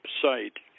site